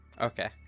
Okay